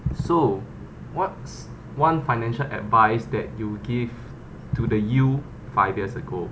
so what's one financial advice that you give to the you five years ago